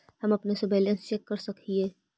हम अपने से बैलेंस चेक कर सक हिए?